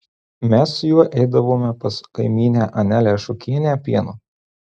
mes su juo eidavome pas kaimynę anelę šukienę pieno